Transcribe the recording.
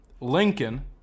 Lincoln